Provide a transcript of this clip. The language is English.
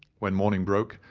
when morning broke,